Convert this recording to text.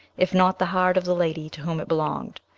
if not the heart of the lady to whom it belonged.